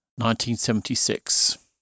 1976